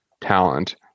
talent